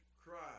cry